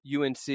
UNC